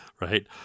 right